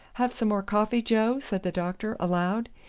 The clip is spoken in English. have some more coffee, joe? said the doctor aloud.